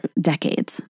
decades